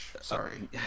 sorry